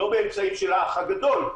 לא באמצעים של האח הגדול,